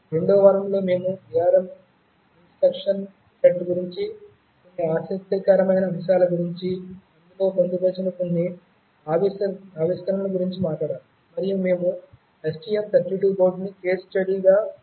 2 వ వారంలో మేము ARM ఇన్స్ట్రక్షన్ సెట్ గురించి కొన్ని ఆసక్తికరమైన అంశాల గురించి అందులో పొందుపరిచిన కొన్ని ఆవిష్కరణల గురించి మాట్లాడాము మరియు మేము STM32 బోర్డును కేస్ స్టడీగా తీసుకున్నాము